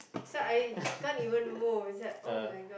ah